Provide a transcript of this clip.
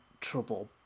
trouble